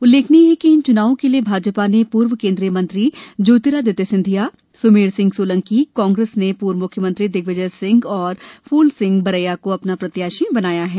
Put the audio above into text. उल्लेखनीय है कि इन चुनावों के लिए भाजपा ने पूर्व केन्द्रीय मंत्री ज्योतिरादित्य सिंधिया सुमेर सिंह सोलंकी कांग्रेस ने पूर्व मुख्यमंत्री दिग्विजय सिंह और फूलसिंह बरैया को अपना प्रत्याशी बनाया है